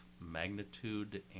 magnitude